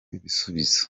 ibisubizo